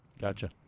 gotcha